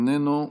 איננו,